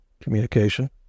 communication